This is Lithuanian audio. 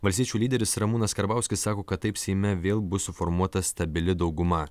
valstiečių lyderis ramūnas karbauskis sako kad taip seime vėl bus suformuota stabili dauguma